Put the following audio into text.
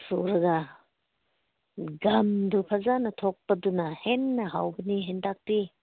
ꯁꯨꯔꯒ ꯒꯝꯗꯨ ꯐꯖꯅ ꯊꯣꯛꯄꯗꯨꯅ ꯍꯦꯟꯅ ꯍꯥꯎꯒꯅꯤ ꯍꯦꯟꯇꯥꯛꯇꯤ